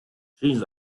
jeans